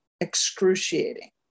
excruciating